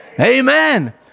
Amen